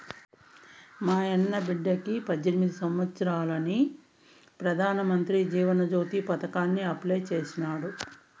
మాయన్న బిడ్డకి పద్దెనిమిది సంవత్సారాలని పెదానమంత్రి జీవన జ్యోతి పదకాంల అప్లై చేసినాడు